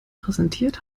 präsentiert